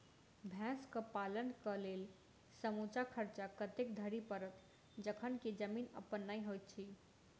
भैंसक पालन केँ लेल समूचा खर्चा कतेक धरि पड़त? जखन की जमीन अप्पन नै होइत छी